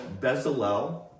Bezalel